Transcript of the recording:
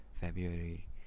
February